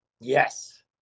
Yes